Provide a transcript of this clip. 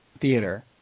theater